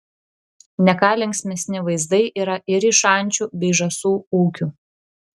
ne ką linksmesni vaizdai yra ir iš ančių bei žąsų ūkių